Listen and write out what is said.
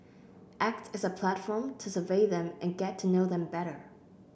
acts as a platform to survey them and get to know them better